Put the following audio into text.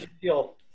feel